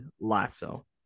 Lasso